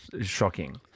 shocking